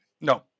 No